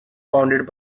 founded